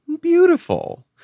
Beautiful